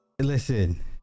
Listen